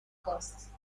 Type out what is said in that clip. costs